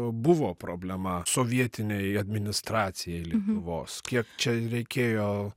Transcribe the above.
buvo problema sovietinei administracijai lietuvos kiek čia reikėjo